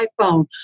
iPhone